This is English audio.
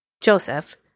Joseph